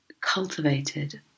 cultivated